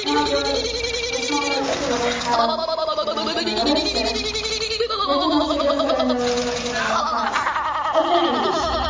वहाँ पर ओछान आरके एते व्यवस्था जेना तेना रहै छै लेकिन ऑक्सिजन सिलेन्डर आओर आरके व्यवस्था ओतेक नहि छै